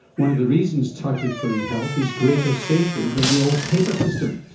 one of the reasons touted for e-health is greater safety than the old paper system.